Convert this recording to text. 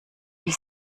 wie